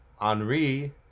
Henri